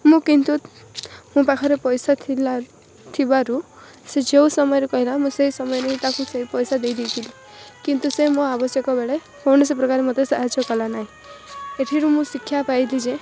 ମୁଁ କିନ୍ତୁ ମୋ ପାଖରେ ପଇସା ଥିଲା ଥିବାରୁ ସେ ଯେଉଁ ସମୟରେ କହିଲା ମୁଁ ସେଇ ସମୟରେ ହିଁ ତାକୁ ସେଇ ପଇସା ଦେଇଦେଇଥିଲି କିନ୍ତୁ ସେ ମୋ ଆବଶ୍ୟକ ବେଳେ କୌଣସି ପ୍ରକାର ମୋତେ ସାହାଯ୍ୟ କଲା ନାହିଁ ଏଥିରୁ ମୁଁ ଶିକ୍ଷା ପାଇଲି ଯେ